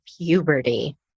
puberty